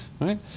right